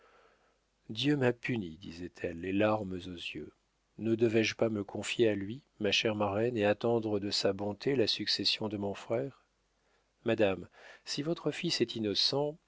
dieu m'a punie disait-elle les larmes aux yeux ne devais-je pas me confier à lui ma chère marraine et attendre de sa bonté la succession de mon frère madame si votre fils est innocent